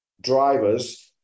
drivers